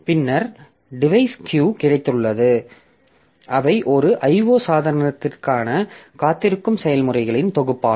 பின்னர் device queue கிடைத்துள்ளன அவை ஒரு IO சாதனத்திற்காக காத்திருக்கும் செயல்முறைகளின் தொகுப்பாகும்